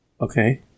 Okay